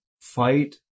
fight